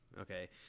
okay